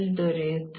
ದೊರೆಯುತ್ತದೆ